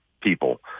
people